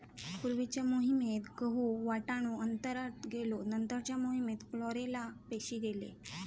पूर्वीच्या मोहिमेत गहु, वाटाणो अंतराळात गेलो नंतरच्या मोहिमेत क्लोरेला पेशी गेले